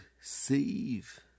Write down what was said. save